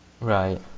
Right